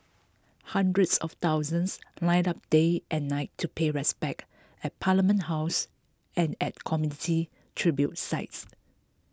hundreds of thousands lined up day and night to pay respects at Parliament House and at community tribute sites